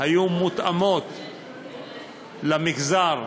היו מותאמות למגזר,